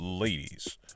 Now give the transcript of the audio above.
Ladies